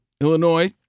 Illinois